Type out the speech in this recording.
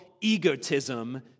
egotism